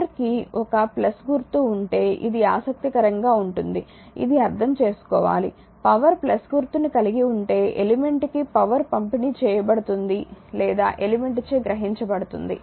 power కి ఒక గుర్తు ఉంటే ఇది ఆసక్తికరంగా ఉంటుంది ఇది అర్థం చేసుకోవాలి పవర్ గుర్తుని కలిగి ఉంటే ఎలిమెంట్ కి పవర్ పంపిణీ చేయబడుతుంది లేదా ఎలిమెంట్ చే గ్రహించబడుతుంది